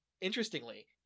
interestingly